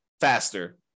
faster